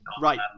right